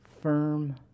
firm